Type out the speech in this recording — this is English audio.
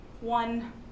one